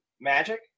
Magic